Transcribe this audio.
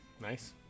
nice